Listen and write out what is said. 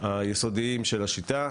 היסודיים של השיטה